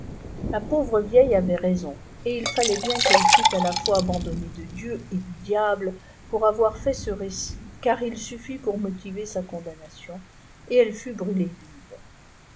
la pauvre vieille avait raison et il fallait bien qu'elle fût à h fois abandonnée de dieu et du diable pour avoir fait ce récit car il suffit pour motiver sa condamnation et elle fut brûlée vive